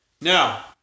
Now